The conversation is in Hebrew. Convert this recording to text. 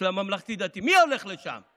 ולשם הולכים הגרעין התורני והאליטיזם של הציונות הדתית,